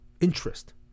interest